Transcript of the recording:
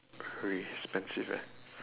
very expensive eh